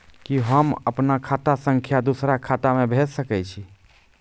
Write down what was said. कि होम आप खाता सं दूसर खाता मे भेज सकै छी?